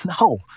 No